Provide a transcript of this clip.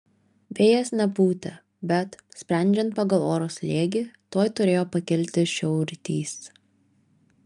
vėjas nepūtė bet sprendžiant pagal oro slėgį tuoj turėjo pakilti šiaurrytys